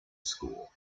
school